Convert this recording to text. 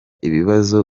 ibibazo